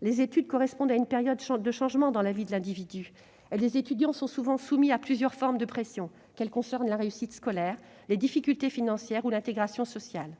Les études correspondent à une période de changement dans la vie de l'individu et les étudiants sont souvent soumis à plusieurs formes de pressions, qu'elles concernent la réussite scolaire, les difficultés financières ou l'intégration sociale.